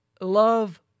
love